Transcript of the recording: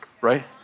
right